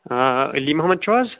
آ علی محمد چھُو حظ